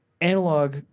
Analog